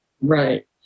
Right